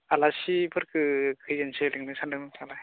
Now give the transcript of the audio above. आलासिफोरखौ खैजनसो लिंनो सानदों नोंथाङालाय